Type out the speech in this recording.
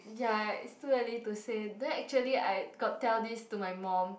ya is too early to say then actually I got tell this to my mum